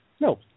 No